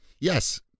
Yes